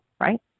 right